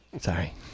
Sorry